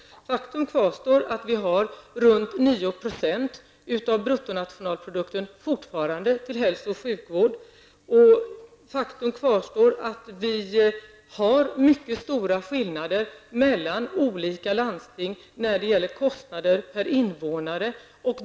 Faktum kvarstår att omkring 9 % av bruttonationalprodukten fortfarande går till hälsooch sjukvård. Vi har också kvar mycket stora skillnader mellan olika landsting när det gäller kostnader per invånare.